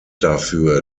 dafür